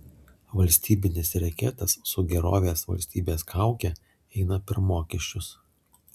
valstybinis reketas su gerovės valstybės kauke eina per mokesčius